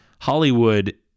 Hollywood